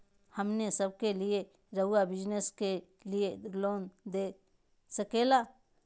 हमने सब के लिए रहुआ बिजनेस के लिए लोन दे सके ला?